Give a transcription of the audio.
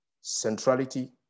centrality